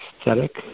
aesthetic